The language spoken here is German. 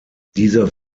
dieser